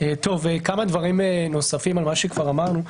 כמה דברים נוספים על מה שכבר אמרנו.